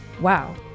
wow